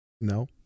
No